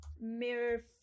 Mirror